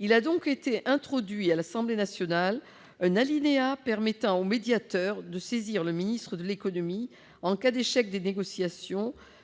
Il a donc été introduit à l'Assemblée nationale un alinéa permettant au médiateur de saisir le ministre de l'économie en cas d'échec des négociations.